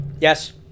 Yes